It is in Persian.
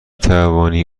توانی